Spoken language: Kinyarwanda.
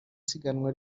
siganwa